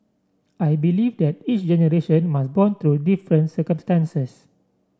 I believe that each generation must bond through different circumstances